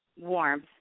warmth